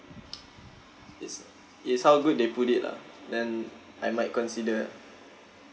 it's uh it's how good they put it lah then I might consider